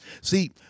See